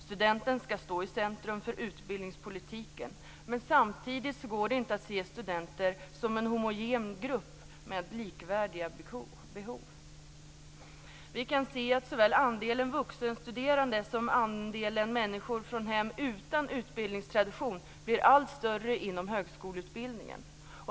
Studenten skall stå i centrum för utbildningspolitiken. Samtidigt går det inte att se studenter som en homogen grupp med likvärdiga behov. Vi kan se att såväl andelen vuxenstuderande som andelen människor från hem utan utbildningstradition blir allt större inom högskoleutbildningen.